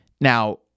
Now